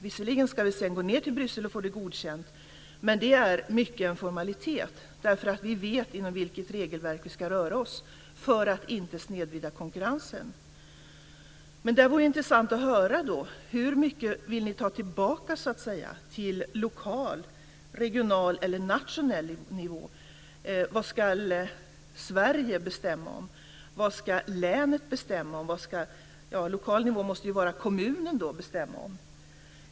Visserligen ska det sedan gå ned till Bryssel och bli godkänt, men det är mycket en formalitet, för vi vet inom vilket regelverk vi ska röra oss för att inte snedvrida konkurrensen. Det vore alltså intressant att höra hur mycket ni vill ta tillbaka till lokal, regional eller nationell nivå. Vad ska Sverige bestämma om? Vad ska länet bestämma om? Vad ska den lokala nivån - det måste väl vara kommunen - bestämma om?